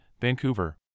Vancouver